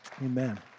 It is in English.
Amen